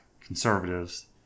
conservatives